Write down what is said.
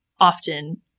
often